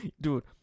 dude